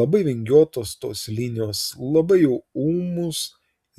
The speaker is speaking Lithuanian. labai vingiuotos tos linijos labai jau ūmus